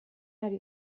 ari